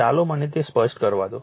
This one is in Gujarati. ચાલો મને તે સ્પષ્ટ કરવા દો